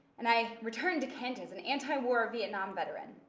and i returned to kent as an anti-war vietnam veteran.